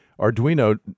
Arduino